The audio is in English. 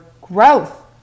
growth